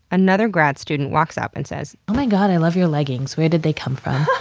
another grad student walks up and says oh my god i love your leggings. where did they come from?